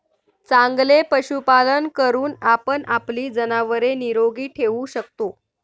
चांगले पशुपालन करून आपण आपली जनावरे निरोगी ठेवू शकतो